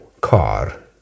car